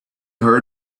heard